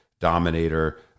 Dominator